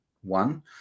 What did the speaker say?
one